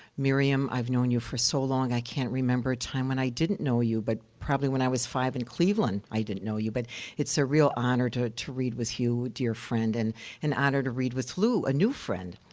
miriam, i've known you for so long, i can't remember a time when i didn't know you, but probably when i was five in cleveland, i didn't know you, but it's a real honor to to read with you, dear friend, and an honor to read with lew, a new friend.